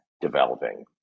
developing